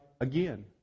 again